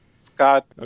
Scott